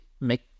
make